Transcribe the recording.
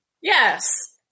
Yes